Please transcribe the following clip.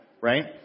right